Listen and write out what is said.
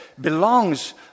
belongs